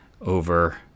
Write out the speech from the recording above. over